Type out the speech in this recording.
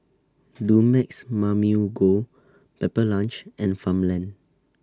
Dumex Mamil Gold Pepper Lunch and Farmland